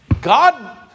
God